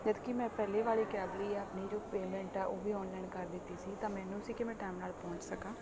ਜਦ ਕਿ ਮੈਂ ਪਹਿਲਾਂ ਵਾਲੀ ਕੈਬ ਦੀ ਆਪਣੀ ਜੋ ਪੇਮੈਂਟ ਆ ਉਹ ਵੀ ਔਨਲਾਈਨ ਕਰ ਦਿੱਤੀ ਸੀ ਤਾਂ ਮੈਨੂੰ ਸੀ ਕਿ ਮੈਂ ਟੈਮ ਨਾਲ ਪਹੁੰਚ ਸਕਾਂ